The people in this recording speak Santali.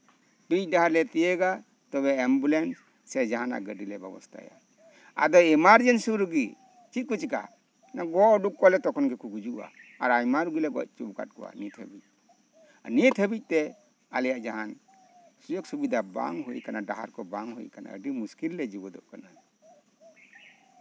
ᱯᱤᱪ ᱰᱟᱦᱟᱨ ᱞᱮ ᱛᱤᱭᱳᱜᱟ ᱛᱚᱵᱮ ᱮᱢᱵᱩᱞᱮᱱᱥ ᱡᱟᱸᱦᱟᱱᱟᱜ ᱜᱟᱹᱰᱤᱞᱮ ᱵᱮᱵᱚᱥᱛᱷᱟᱭᱟ ᱟᱨ ᱮᱢᱟᱨᱡᱮᱱᱥᱤ ᱨᱩᱜᱤ ᱪᱮᱫ ᱠᱚ ᱪᱮᱠᱟᱭᱟ ᱜᱚᱜ ᱩᱰᱩᱠ ᱠᱚᱣᱟᱞᱮ ᱛᱚᱠᱷᱚᱱ ᱜᱮᱠᱚ ᱜᱩᱡᱩᱜᱼᱟ ᱟᱨ ᱟᱭᱢᱟ ᱨᱩᱜᱤ ᱞᱮ ᱜᱚᱡ ᱦᱚᱪᱚ ᱠᱟᱜ ᱠᱚᱣᱟ ᱱᱤᱛ ᱦᱟᱹᱵᱤᱡ ᱱᱤᱛ ᱦᱟᱹᱵᱤᱡᱛᱮ ᱟᱞᱮᱭᱟᱜ ᱡᱟᱦᱟᱸ ᱥᱩᱡᱳᱜ ᱥᱩᱵᱤᱫᱷᱟ ᱵᱟᱝ ᱦᱩᱭ ᱠᱟᱱᱟ ᱰᱟᱦᱟᱨ ᱠᱚ ᱵᱟᱝ ᱦᱩᱭ ᱠᱟᱱᱟ ᱟᱹᱰᱤ ᱢᱩᱥᱠᱤᱞ ᱨᱮᱞᱮ ᱦᱩᱭ ᱜᱚᱫᱚᱜ ᱠᱟᱱᱟ